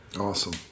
Awesome